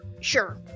Sure